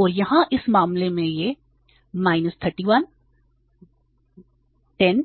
और यहाँ इस मामले में यह 31 10